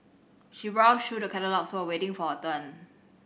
she browsed through the catalogues while waiting for her turn